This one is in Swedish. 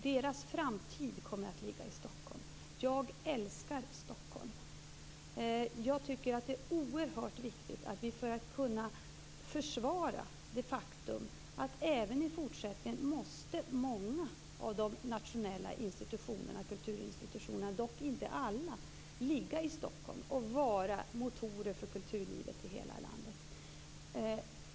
Deras framtid kommer att ligga i Stockholm. Jag älskar Stockholm. Även i fortsättningen måste många av de nationella kulturinstitutionerna - dock inte alla - ligga i Stockholm och vara motorer för kulturlivet i hela landet.